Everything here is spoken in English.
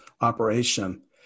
operation